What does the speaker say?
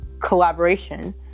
Collaboration